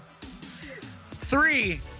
Three